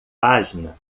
página